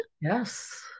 yes